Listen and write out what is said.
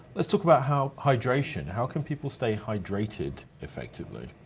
let's talk about how hydration, how can people stay hydrated effectively?